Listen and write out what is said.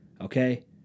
Okay